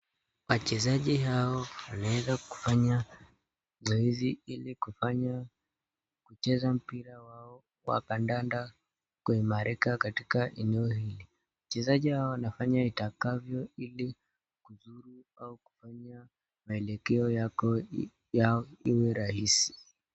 Wachezaji hawa wanaweza kufanya zoezi ili kucheza mpira wao wa kandanda kuimarika katika eneo hili. Wachezaji hawa wanafanya itakalo ili kuzuru au kufanya maelekeo yao iwe rahisi.